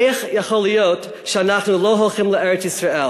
איך יכול להיות שאנחנו לא הולכים לארץ-ישראל?